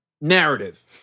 narrative